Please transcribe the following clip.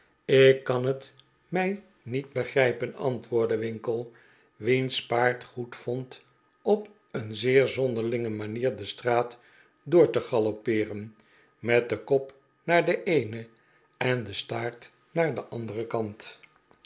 ik kan het mij niet begrijpen antwoordde winkle wiens paard goedvond op een zeer zonderlinge manier de straat door te galoppeeren met den kop naar den eenen en den staart naar den anderen kant